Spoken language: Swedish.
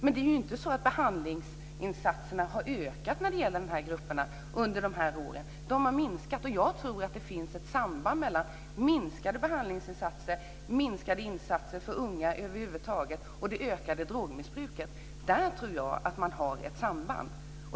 Men behandlingsinsatserna har inte ökat när det gäller de här grupperna under de här åren. De har minskat, och jag tror att det finns ett samband mellan minskade behandlingsinsatser, minskade insatser för unga över huvud taget och det ökade drogmissbruket. Där tror jag att man har ett samband.